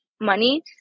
money